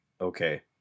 Okay